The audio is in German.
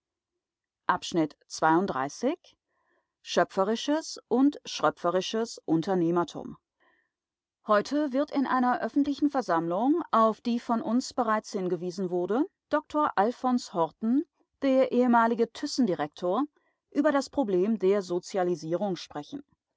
schöpferisches und schröpferisches unternehmertum heute wird in einer öffentlichen versammlung auf die von uns bereits hingewiesen wurde dr alfons horten der ehemalige thyssen-direktor über das problem der sozialisierung sprechen